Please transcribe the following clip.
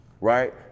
Right